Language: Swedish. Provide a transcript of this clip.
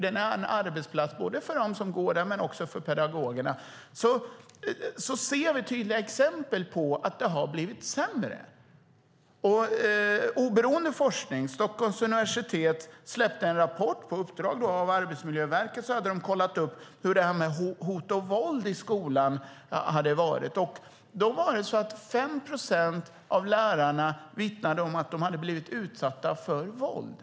Det är en arbetsplats för dem som går i skolan och för pedagogerna. Vi ser tydliga exempel på att denna arbetsmiljö har blivit sämre. Oberoende forskning från Stockholms universitet har gjort en rapport. På uppdrag av Arbetsmiljöverket hade man kollat hur det förhåller sig med hot och våld i skolan. 5 procent av lärarna vittnade om att de hade blivit utsatta för våld.